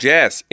Jazz